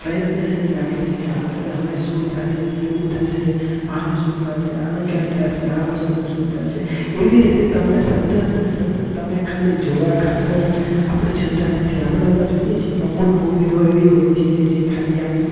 પ્રયત્નશીલ રાખે છે કે આગળ હવે શું થશે કેવું થશે આનું શું થશે આનું કેમ થશે આ વસ્તુનું શું થશે એવી રીતે તમને સતતને સતત તમે ખાલી જોવા ખાતર આપણે જોતા નથી આપણે એવા જોઈએ છીએ કે અમુક મૂવીઓ એવી હોય છેકે જે ખાલી આમ